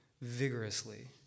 vigorously